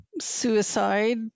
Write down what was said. suicide